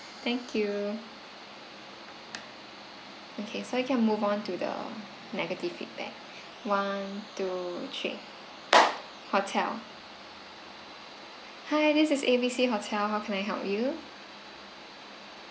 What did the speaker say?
thank you okay so I can move on to the negative feedback one two three hotel hi this is A B C hotel how can I help you